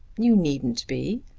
you needn't be.